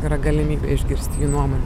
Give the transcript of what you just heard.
yra galimybė išgirsti jų nuomonę